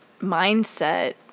mindset